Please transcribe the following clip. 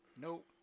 Nope